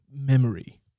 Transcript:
memory